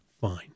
fine